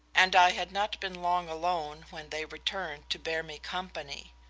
and i had not been long alone when they returned to bear me company.